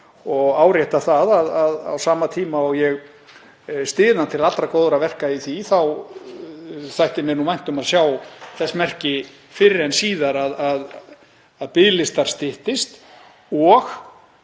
Ég árétta það að á sama tíma og ég styð hann til allra góðra verka í því að mér þætti vænt um að sjá þess merki fyrr en síðar að biðlistar styttist.